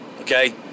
okay